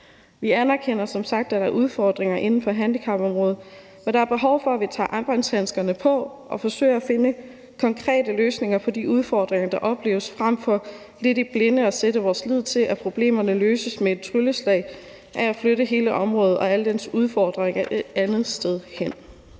Vi anerkender som sagt, at der er udfordringer inden for handicapområdet, men der er behov for, at vi tager arbejdshandskerne på og forsøger at finde konkrete løsninger på de udfordringer, der opleves, frem for lidt i blinde at sætte vores lid til, at problemerne løses med et trylleslag ved at flytte hele området og alle dets udfordringer et andet sted hen.